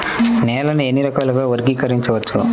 నేలని ఎన్ని రకాలుగా వర్గీకరించవచ్చు?